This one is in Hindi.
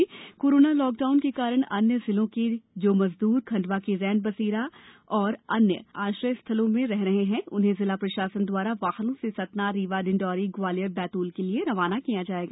खण्डवा में कोरोना लॉकडाउन के कारण अन्य जिलों के जो मजद्र खण्डवा के रेन बसेरा व अन्य आश्रय स्थलों में इन दिनों रह रहे हैए उन्हें जिला प्रशासन द्वारा वाहनों से सतनाए रीवाए डिंडोरीए ग्वालियरए बैतूल के लिए रवाना किया जायेगा